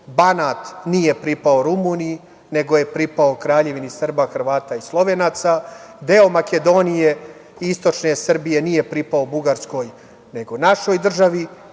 Banat nije pripao Rumuniji, nego je pripao Kraljevini SHS, deo Makedonije i istočne Srbije nije pripao Bugarskoj nego našoj državi